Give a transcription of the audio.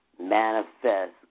manifest